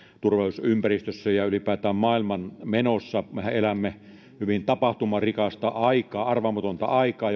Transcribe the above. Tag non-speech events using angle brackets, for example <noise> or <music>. turvallisuusympäristössä ja ylipäätään maailmanmenossa mehän elämme hyvin tapahtumarikasta ja arvaamatonta aikaa <unintelligible>